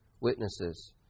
witnesses